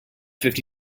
fifty